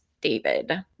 David